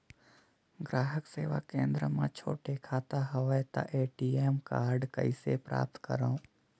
ग्राहक सेवा केंद्र मे छोटे खाता हवय त ए.टी.एम कारड कइसे प्राप्त करव?